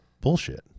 bullshit